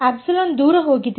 ε ದೂರ ಹೋಗಿದೆ